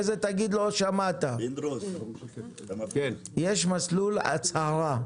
יש מסלול הצהרה.